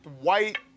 white